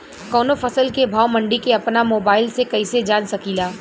कवनो फसल के भाव मंडी के अपना मोबाइल से कइसे जान सकीला?